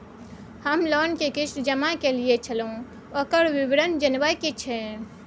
हम लोन के किस्त जमा कैलियै छलौं, ओकर विवरण जनबा के छै?